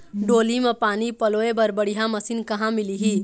डोली म पानी पलोए बर बढ़िया मशीन कहां मिलही?